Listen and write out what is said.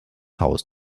haus